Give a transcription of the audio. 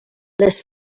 les